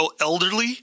elderly